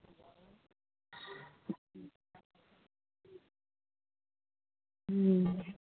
ᱦᱩᱸ